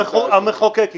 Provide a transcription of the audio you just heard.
המחוקק יקבע.